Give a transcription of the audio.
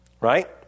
Right